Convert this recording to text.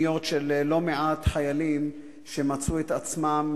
לא מעט חיילים שמצאו את עצמם,